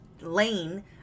lane